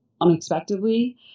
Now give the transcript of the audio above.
unexpectedly